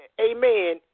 amen